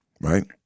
right